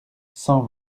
cent